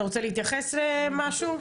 אתה רוצה להתייחס למשהו?